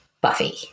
Buffy